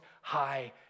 high